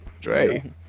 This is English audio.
Dre